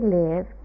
live